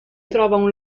trova